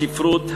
הספרות,